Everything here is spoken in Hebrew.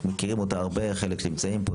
מכירים אותה הרבה חלק שנמצאים פה,